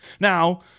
Now